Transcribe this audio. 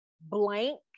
blank